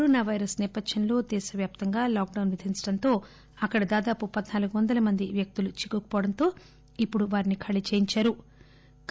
corona virus సేపథ్యంలో దేశవ్యాప్తంగా lockdown విధించడంతో అక్కడ దాదాపు పద్పాలుగు వందల మంది వ్యక్తులు చిక్కుకుపోవడంతో ఇప్పుడు వారిని ఖాళీ చేయించారు